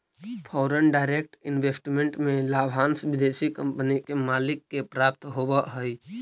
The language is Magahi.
फॉरेन डायरेक्ट इन्वेस्टमेंट में लाभांश विदेशी कंपनी के मालिक के प्राप्त होवऽ हई